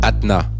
Atna